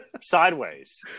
sideways